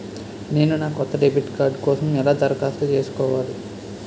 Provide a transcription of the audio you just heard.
నేను నా కొత్త డెబిట్ కార్డ్ కోసం ఎలా దరఖాస్తు చేసుకోవాలి?